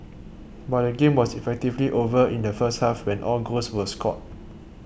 but the game was effectively over in the first half when all goals were scored